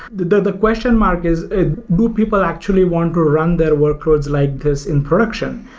the question mark is do people actually want to run their workloads like this in production?